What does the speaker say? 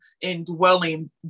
indwelling